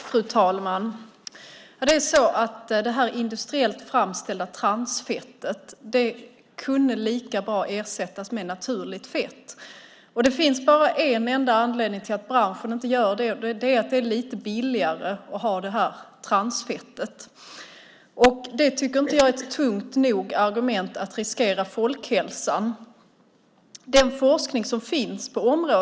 Fru talman! Det industriellt framställda transfettet kunde lika bra ersättas med naturligt fett. Det finns bara en enda anledning till att branschen inte gör det, nämligen att detta fett är lite billigare. Det tycker jag inte är ett nog tungt argument för att riskera folkhälsan.